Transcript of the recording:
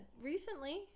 recently